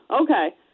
okay